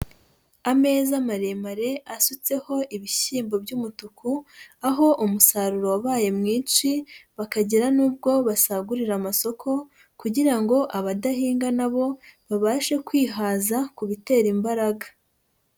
Ameza maremare asutseho ibishyimbo by'umutuku, aho umusaruro wabaye mwinshi bakagera n'ubwo basagurira amasoko, kugira ngo abadahinga nabo babashe kwihaza ku bitera imbaraga.